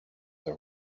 are